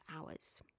hours